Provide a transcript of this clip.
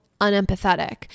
unempathetic